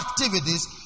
activities